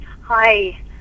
Hi